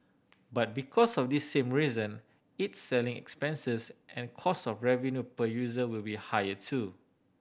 but because of this same reason its selling expenses and cost of revenue per user will be higher too